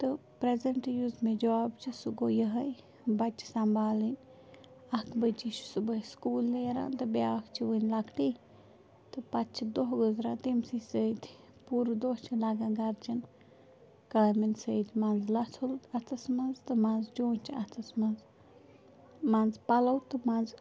تہٕ پرٛٮ۪زنٛٹ یُس مےٚ جاب چھِ سُہ گوٚو یِہوٚے بَچہٕ سنٛبالٕنۍ اَکھ بٔچی چھِ صُبحٲے سکوٗل نیران تہٕ بیٛاکھ چھِ وٕنۍ لۄکٹٕے تہٕ پتہٕ چھِ دۄہ گُزران تٔمۍسٕے سۭتۍ پوٗرٕ دۄہ چھِ لَگان گرِچَن کامٮ۪ن سۭتۍ منٛزٕ لَژھُل اَتھس منٛز تہٕ منٛزٕ چونٛچہِ اتھَس منٛز منٛزٕ پَلَو تہٕ منٛزٕ